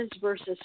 versus